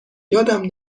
یادم